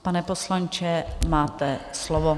Pane poslanče, máte slovo.